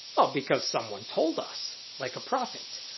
ah because someone told us, like a prophet.